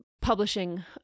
publishing